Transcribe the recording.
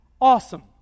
Awesome